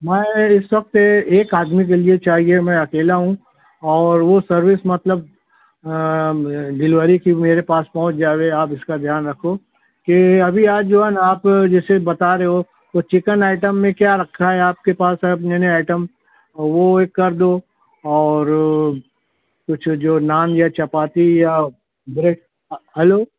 میں اس وقت ایک آدمی کے لیے چاہیے میں اکیلا ہوں اور وہ سروس مطلب ڈلیوری کی میرے پاس پہنچ جائے آپ اس کا دھیان رکھو کہ ابھی آپ جو ہے نا آپ جسیے بتا رہے ہو وہ چکن آئٹم میں کیا رکھا ہے آپ کے پاس اب یعنی آئٹم وہ ایک کر دو اور کچھ جو نان یا چپاتی یا بریڈ ہیلو